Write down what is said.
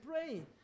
praying